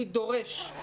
אני דורש,